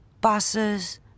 Buses